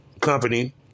company